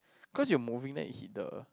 cause you are moving then it hit the